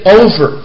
over